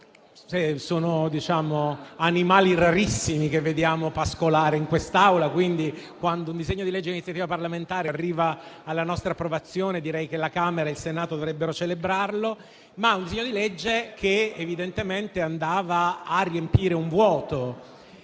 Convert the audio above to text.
sono "animali" rarissimi che vediamo pascolare in quest'Aula, quindi, quando un disegno di legge d'iniziativa parlamentare arriva alla nostra approvazione, la Camera e il Senato dovrebbero celebrarlo. È un disegno di legge che evidentemente va a riempire un vuoto